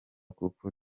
kuko